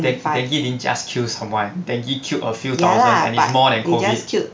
deng~ dengue didn't just killed someone dengue killed a few thousand and is more than COVID